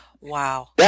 Wow